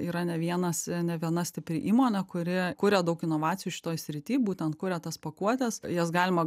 yra ne vienas ne viena stipri įmonė kuri kuria daug inovacijų šitoj srityj būtent kuria tas pakuotes jas galima